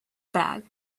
bag